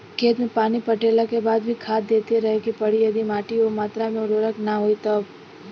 खेत मे पानी पटैला के बाद भी खाद देते रहे के पड़ी यदि माटी ओ मात्रा मे उर्वरक ना होई तब?